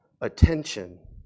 attention